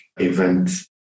events